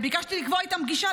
ביקשתי לקבוע איתם פגישה,